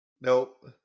Nope